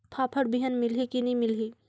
फाफण बिहान मिलही की नी मिलही?